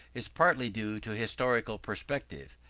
is partly due to historical perspective.